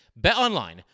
BetOnline